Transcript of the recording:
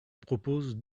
propose